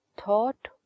thought